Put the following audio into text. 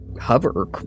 hover